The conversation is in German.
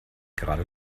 gerade